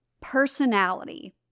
personality